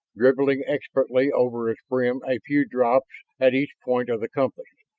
dribbling expertly over its brim a few drops at each point of the compass,